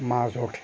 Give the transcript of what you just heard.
মাছ ওঠে